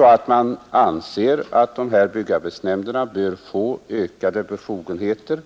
Anser man att dessa byggarbetsnämnder bör få 37 ökade befogenheter